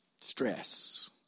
Stress